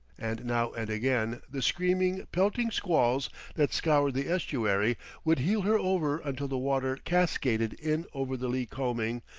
and now and again the screaming, pelting squalls that scoured the estuary would heel her over until the water cascaded in over the lee combing,